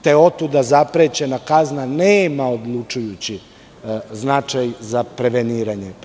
Te otuda zaprećena kazna nema odlučujući značaj za preveniranje prestupa.